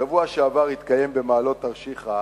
בשבוע שעבר התקיים במעלות-תרשיחא